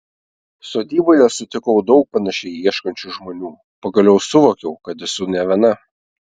sodyboje sutikau daug panašiai ieškančių žmonių pagaliau suvokiau kad esu ne viena